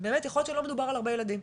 יכול להיות שלא מדובר על הרבה ילדים,